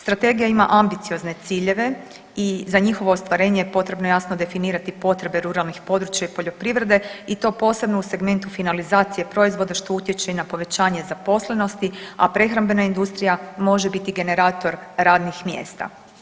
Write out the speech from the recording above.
Strategija ima ambiciozne ciljeve i za njihovo ostvarenje je potrebno jasno definirati potrebe ruralnih područja i poljoprivrede i to posebno u segmentu finalizacije proizvoda što utječe i na povećanje zaposlenosti, a prehrambena industrija može biti generator radnih mjesta.